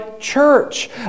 Church